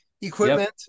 equipment